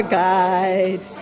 guide